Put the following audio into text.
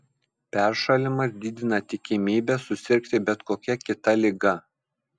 peršalimas didina tikimybę susirgti bet kokia kita liga